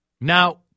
Now